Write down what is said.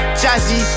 jazzy